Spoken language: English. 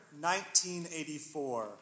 1984